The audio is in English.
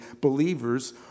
believers